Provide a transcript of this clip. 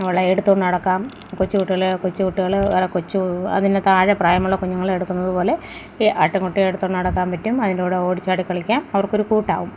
ളെ എടുത്തുകൊണ്ട് നടക്കാം കൊച്ചുകുട്ടികളെ കൊച്ചുകുട്ടികളെ കൊച്ച് അതിന് താഴെ പ്രായമുള്ള കുഞ്ഞുങ്ങളെ എടുക്കുന്നത് പോലെ ഈ ആട്ടിൻ കുട്ടികളെ എടുത്തുകൊണ്ട് നടക്കാൻ പറ്റും അതിൻറെ കൂടെ ഓടിച്ചാടി കളിക്കാൻ അവർക്കൊരു കൂട്ടാവും